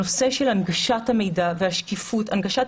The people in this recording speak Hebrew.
הנושא של הנגשת המידע והשקיפות הנגשת